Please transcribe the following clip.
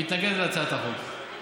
מתנגדת להצעת החוק.